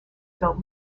built